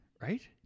Right